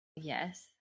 yes